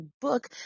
book